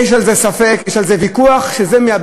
יש על זה ספק, יש על זה ויכוח, הוא מבן-המשפחה.